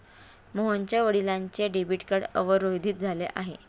मोहनच्या वडिलांचे debit card अवरोधित झाले आहे